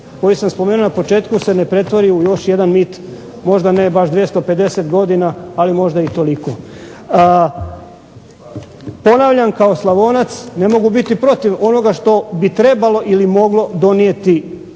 koji sam spomenuo na početku se ne pretvori u još jedan mit možda ne baš 250 godina, ali možda i toliko. Ponavljam kao Slavonac ne mogu biti protiv onoga što bi trebalo ili moglo donijeti